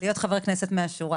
להיות חבר כנסת מהשורה.